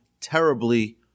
terribly